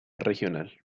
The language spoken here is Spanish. regional